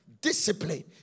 Discipline